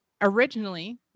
originally